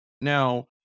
now